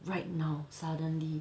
right now suddenly